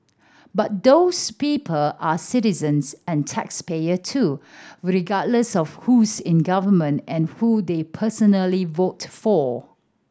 but those people are citizens and taxpayer too regardless of who's in government and who they personally voted for